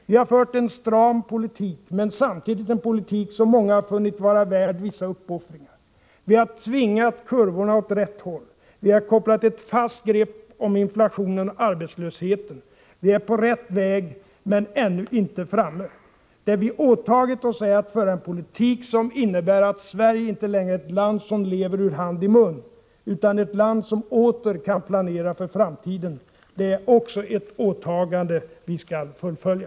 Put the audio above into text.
Vi har fört en stram politik, men samtidigt en politik som många funnit vara värd vissa uppoffringar. Vi har tvingat kurvorna åt rätt håll, vi har kopplat ett fast grepp om inflationen och arbetslösheten. Vi är på rätt väg, men ännu inte framme. Det vi åtagit oss är att föra en politik som innebär att Sverige inte längre är ett land där man lever ur hand i mun, utan ett land som åter kan planera för framtiden. Det är också ett åtagande vi skall fullfölja.